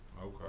okay